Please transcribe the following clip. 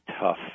tough